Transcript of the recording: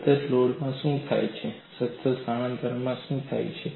સતત લોડમાં શું થાય છે અને સતત સ્થાનાંતરણમાં શું થાય છે